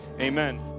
amen